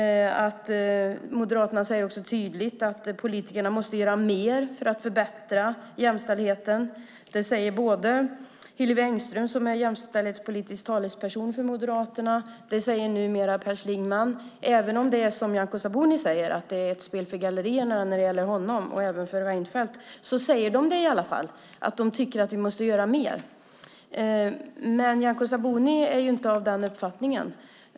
De säger också tydligt att politikerna måste göra mer för att förbättra jämställdheten. Det säger Hillevi Engström som är jämställdhetspolitisk talesperson och numera också Per Schlingmann. Även om det är som Nyamko Sabuni säger - att det är ett spel för gallerierna när det gäller honom och även när det gäller Reinfeldt - så säger de det i alla fall. De tycker att vi måste göra mer. Men Nyamko Sabuni är inte av den uppfattningen.